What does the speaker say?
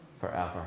forever